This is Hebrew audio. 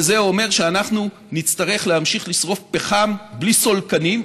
וזה אומר שאנחנו נצטרך להמשיך לשרוף פחם בלי סולקנים,